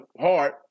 hard